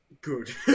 Good